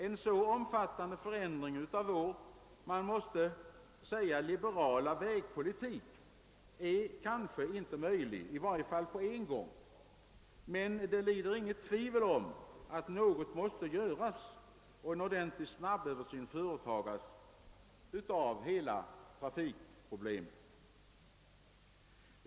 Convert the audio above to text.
En så omfattande förändring av vår, man måste säga liberala, vägpolitik är kanske inte möjlig, i varje fall inte på en gång. Men det råder inget tvivel om att något måste göras och en ordentlig snabböversyn av hela trafikproblemet komma till stånd.